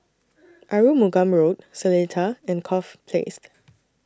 Arumugam Road Seletar and Corfe Place